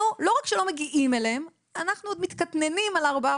אז אנחנו כרגע מדברים על גיל 67 ומי שמקבל הבטחת